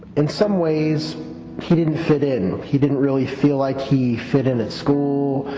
in some ways he didn't fit in. he didn't really feel like he fit in at school,